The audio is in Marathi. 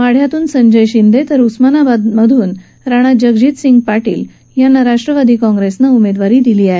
माढ्यातून संजय शिंदे तर उस्मानाबाद मधून राणा जगजीत सिंह पार्शील यांना राष्ट्रवादी काँग्रेसनं उमेदवारी दिले आहे